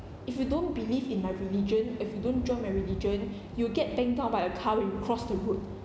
if you don't believe in my religion if you don't join my religion you'll get banged out by a car when you cross the road